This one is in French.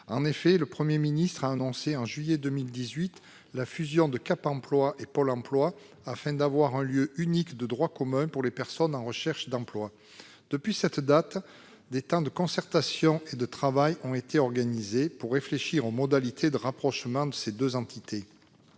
que le Premier ministre a annoncé, en juillet 2018, la fusion de Cap emploi et Pôle emploi en un lieu unique de droit commun pour les personnes en recherche d'emploi, des temps de concertation et de travail ont été organisés pour réfléchir aux modalités de rapprochement des deux entités.